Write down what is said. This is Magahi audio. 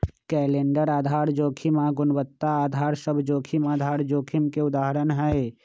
कैलेंडर आधार जोखिम आऽ गुणवत्ता अधार सभ जोखिम आधार जोखिम के उदाहरण हइ